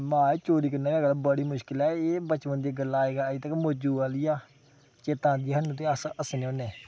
माए चोरी करना बी अज्जकल बड़ी मुश्कल ऐ एह् बचपन दियां गल्लां अज्ज तक मौजू आह्लियां चेता आंदियां सानूं ते अस हस्सने होन्ने